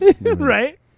Right